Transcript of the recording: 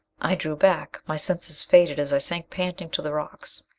i drew back. my senses faded as i sank panting to the rocks.